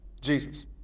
Jesus